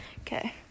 okay